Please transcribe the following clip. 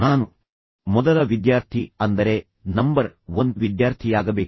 ನಾನು ಮೊದಲ ವಿದ್ಯಾರ್ಥಿ ಅಂದರೆ ನಂಬರ್ ಒನ್ ವಿದ್ಯಾರ್ಥಿಯಾಗಬೇಕು